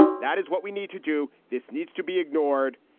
that is what we need to do. this needs to be ignored,